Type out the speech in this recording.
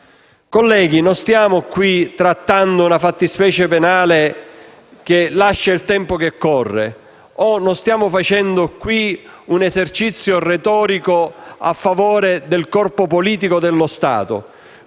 Colleghi, non stiamo qui trattando una fattispecie penale che lascia il tempo che trova, o non stiamo facendo un esercizio retorico a favore del corpo politico dello Stato: